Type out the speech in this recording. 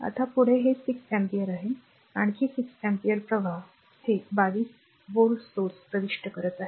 आता पुढे हे 6 अँपिअर आहे आणखी 6 अँपिअर प्रवाह हे 22 व्होल्ट स्त्रोत प्रविष्ट करत आहे